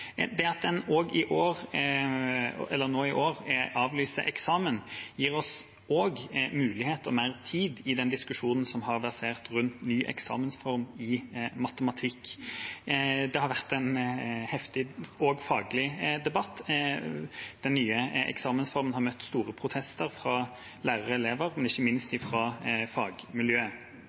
Det at en nå i år avlyser eksamen, gir oss også en mulighet og mer tid i den diskusjonen som har versert rundt en ny eksamensform i matematikk. Det har vært en heftig, og faglig, debatt. Den nye eksamensformen har møtt store protester fra lærere og elever, men ikke minst fra fagmiljøet.